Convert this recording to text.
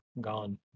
gone